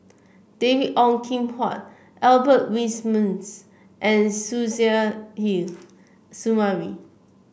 David Ong Kim Huat Albert Winsemius and Suzairhe Sumari